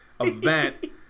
event